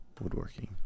woodworking